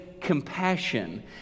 compassion